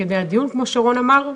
המשפטי תוך כדי הדיון כמו שרון אמר,